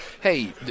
Hey